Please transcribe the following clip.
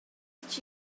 did